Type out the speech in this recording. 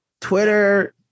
Twitter